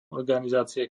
organizácie